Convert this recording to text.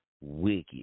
Wicked